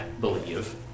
believe